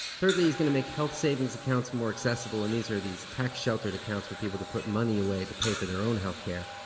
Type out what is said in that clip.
thirdly, he's going to make health savings accounts more accessible. and these are these tax-sheltered accounts for people to put money away to pay for their own health care.